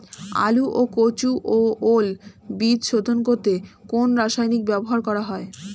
আলু ও কচু ও ওল বীজ শোধন করতে কোন রাসায়নিক ব্যবহার করা হয়?